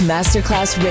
Masterclass